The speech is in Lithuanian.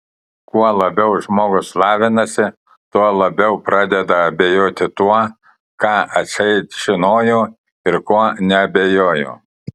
kuo labiau žmogus lavinasi tuo labiau pradeda abejoti tuo ką atseit žinojo ir kuo neabejojo